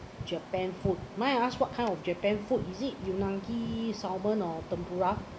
japan food may I ask what kind of japan food is it unagi salmon or tempura